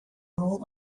role